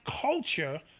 culture